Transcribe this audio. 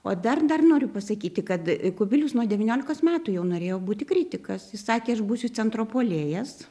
o dar dar noriu pasakyti kad kubilius nuo devyniolikos metų jau norėjo būti kritikas jis sakė aš būsiu centro puolėjas